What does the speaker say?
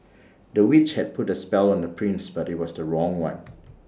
the witch had put A spell on the prince but IT was the wrong one